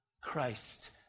Christ